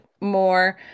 more